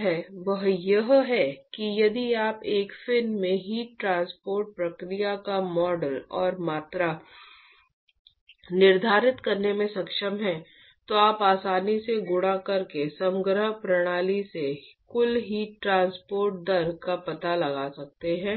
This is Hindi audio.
है वह यह है कि यदि आप एक फिन में हीट ट्रांसपोर्ट प्रक्रिया का मॉडल और मात्रा निर्धारित करने में सक्षम हैं तो आप आसानी से गुणा करके समग्र प्रणाली से कुल हीट ट्रांसपोर्ट दर का पता लगा सकते हैं